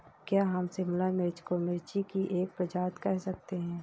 क्या हम शिमला मिर्च को मिर्ची की एक प्रजाति कह सकते हैं?